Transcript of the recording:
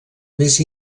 més